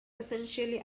essentially